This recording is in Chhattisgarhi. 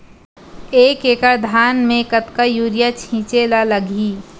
एक एकड़ धान में कतका यूरिया छिंचे ला लगही?